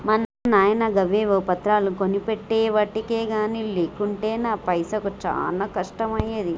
మా నాయిన గవేవో పత్రాలు కొనిపెట్టెవటికె గని లేకుంటెనా పైసకు చానా కష్టమయ్యేది